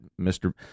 Mr